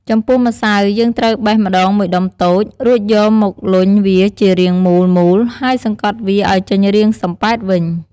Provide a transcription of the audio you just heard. ចំពោះម្សៅ យើងត្រូវបេះម្ដងមួយដុំតូច រួចយកមកលុញវាជារាងមូលៗ ហើយសង្កត់វាឱ្យចេញរាងសំប៉ែតវិញ។